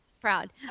proud